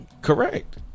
Correct